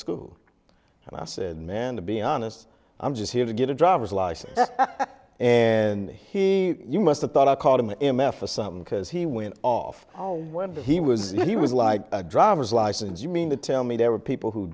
school and i said man to be honest i'm just here to get a driver's license and he you must've thought i called him a m f or something because he went off when he was he was like a driver's license you mean the tell me there were people who